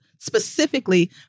Specifically